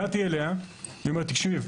הגעתי אליה והיא אמרה: תקשיב,